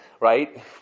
right